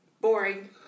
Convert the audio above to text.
boring